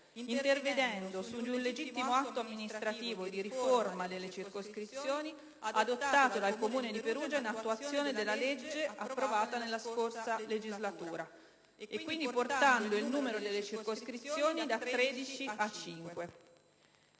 intervenendo su un legittimo atto amministrativo di riforma delle circoscrizioni adottato dal Comune di Perugia in attuazione della legge approvata nella scorsa legislatura, portando il numero delle circoscrizione da 13 a 5.